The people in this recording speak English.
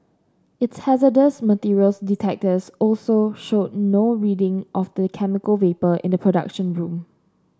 its hazardous materials detectors also showed no reading of the chemical vapour in the production room